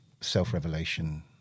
self-revelation